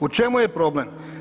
U čemu je problem?